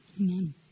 Amen